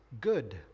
good